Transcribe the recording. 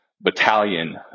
battalion